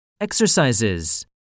Exercises